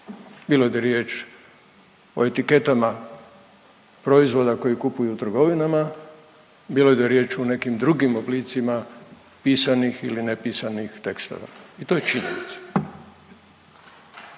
Bilo da je riječ o etiketama proizvoda koji kupuju u trgovinama, bilo da je riječ o nekim drugim oblicima pisanih ili nepisanih tekstova. I to je činjenica.